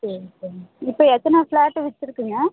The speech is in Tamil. சரி சரிங்க இப்போ எத்தனை ஃப்ளாட்டு விற்றுருக்குங்க